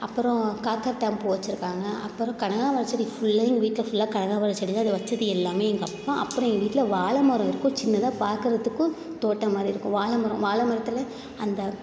அப்பறம் காக்கரட்டான் பூ வெச்சுருக்காங்க அப்பறம் கனகாம்பரம் செடி ஃபுல்லாக எங்கள் வீட்டில் ஃபுல்லாக கனகாம்பரச் செடி தான் அது வைச்சது எல்லாமே எங்கள் அப்பா அப்புறம் எங்கள் வீட்டில் வாழை மரம் இருக்கும் சின்னதாக பார்க்கறதுக்கும் தோட்டம் மாதிரி இருக்கும் வாழை மரம் வாழை மரத்தில் அந்த